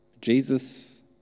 Jesus